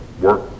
work